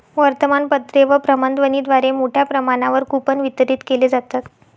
वर्तमानपत्रे व भ्रमणध्वनीद्वारे मोठ्या प्रमाणावर कूपन वितरित केले जातात